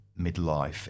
midlife